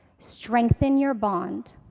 strenghten your bond,